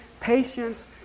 patience